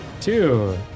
two